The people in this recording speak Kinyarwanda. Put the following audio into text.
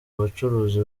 bacuruzi